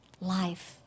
life